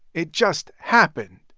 it just happened,